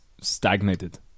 stagnated